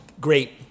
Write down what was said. great